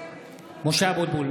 (קורא בשמות חברי הכנסת) משה אבוטבול,